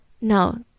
no